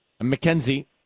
Mackenzie